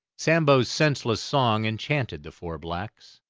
sambo's senseless song enchanted the four blacks.